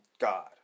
God